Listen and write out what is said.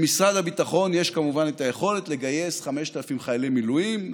למשרד הביטחון יש כמובן את היכולת לגייס 5,000 חיילי מילואים,